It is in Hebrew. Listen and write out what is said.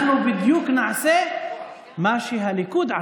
אנחנו בדיוק נעשה מה שהליכוד עשה,